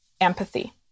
empathy